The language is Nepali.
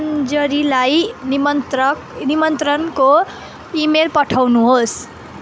मञ्जरीलाई निमन्त्रक निमन्त्रणको इमेल पठाउनुहोस्